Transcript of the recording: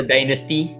Dynasty